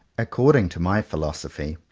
according to my philosophy,